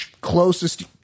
closest